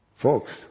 Folks